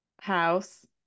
house